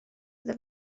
iddo